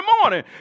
morning